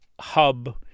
hub